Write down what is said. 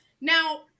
Now